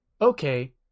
okay